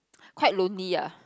quite lonely ah